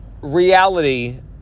reality